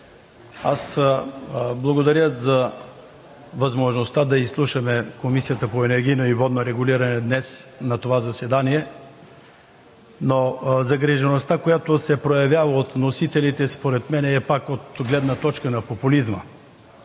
благодаря за възможността да изслушаме Комисията по енергийно и водно регулиране днес на това заседание, но загрижеността, която се проявява от вносителите, според мен е пак от гледна точка на популизма.